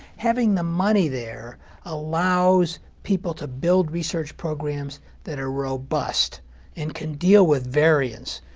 having the money there allows people to build research programs that are robust and can deal with variants.